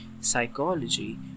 psychology